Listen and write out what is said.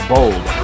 Bold